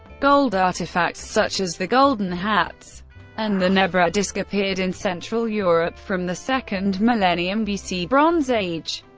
gold artifacts such as the golden hats and the nebra disk appeared in central europe from the second millennium bc bronze age.